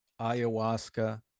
ayahuasca